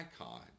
icon